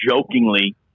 jokingly